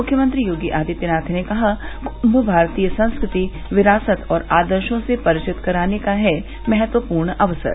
मुख्यमंत्री योगी आदित्यनाथ ने कहा कुंभ भारतीय संस्कृति विरासत और आदर्शो से परिचित कराने का है महत्वपूर्ण अवसर